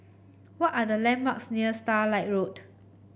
what are the landmarks near Starlight Road